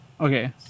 Okay